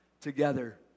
together